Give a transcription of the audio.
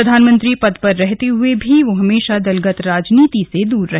प्रधानमंत्री पद पर रहते हुए भी वे हमेशा दलगत राजनीति से दूर रहे